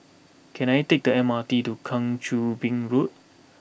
can I take the M R T to Kang Choo Bin Road